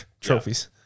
Trophies